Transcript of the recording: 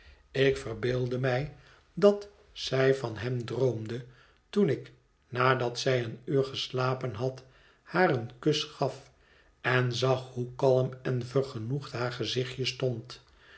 ik verbeeldde mij dat zij van hem droomde toen ik nadat zij een uur geslapen had haar een kus gaf en zag hoe kalm en vergenoegd haar gezichtje stond